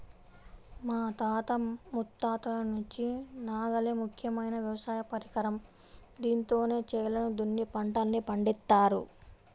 మా తాత ముత్తాతల నుంచి నాగలే ముఖ్యమైన వ్యవసాయ పరికరం, దీంతోనే చేలను దున్ని పంటల్ని పండిత్తారు